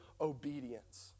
obedience